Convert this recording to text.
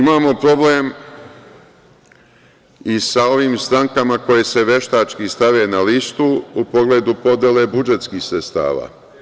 Imamo problem i sa ovim strankama koje se veštački stave na listu, u pogledu podele budžetskih sredstava.